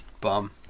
bum